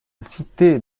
cité